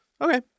Okay